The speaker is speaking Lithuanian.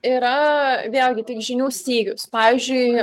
yra vėlgi tik žinių stygius pavyzdžiui